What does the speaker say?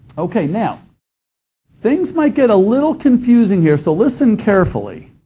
okay now things might get a little confusing here, so listen carefully.